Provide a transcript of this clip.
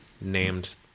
named